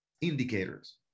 indicators